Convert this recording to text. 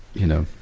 you know.